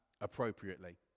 appropriately